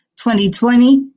2020